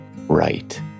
Right